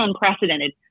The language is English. unprecedented